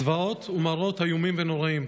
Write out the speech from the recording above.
זוועות ומראות איומים ונוראים.